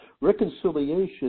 reconciliation